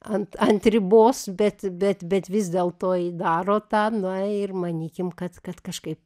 ant ant ribos bet bet bet vis dėlto ji daro tą na ir manykim kad kad kažkaip